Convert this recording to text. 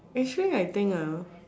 actually I think ah